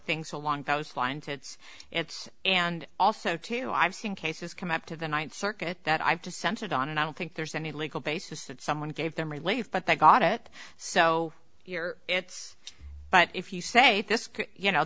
things along those lines it's it's and also to i've seen cases come up to the ninth circuit that i've to centered on and i don't think there's any legal basis that someone gave them related but they got it so your it's but if you say this you know